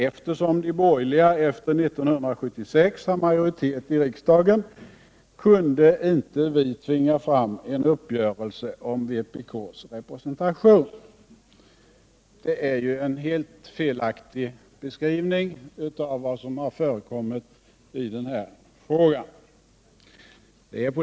Eftersom de borgerliga efter 1976 har majoritet i riksdagen kunde inte vi tvinga fram en uppgörelse om vpk:s representation.” Det är ju en helt felaktig beskrivning av vad som har förekommit i denna fråga.